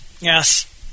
Yes